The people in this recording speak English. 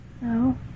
no